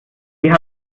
sie